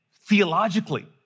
theologically